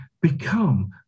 become